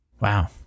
Wow